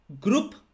group